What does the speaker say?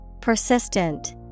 Persistent